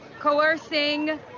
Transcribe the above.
coercing